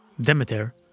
Demeter